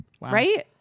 Right